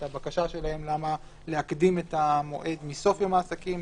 את הבקשה שלהם למה להקדים את המועד מסוף יום העסקים,